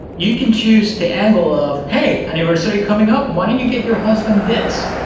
you can choose the angle of, hey, anniversary coming up, why don't you get your husband this,